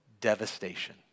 devastation